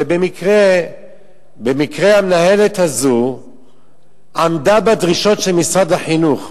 ובמקרה המנהלת הזאת עמדה בדרישות של משרד החינוך,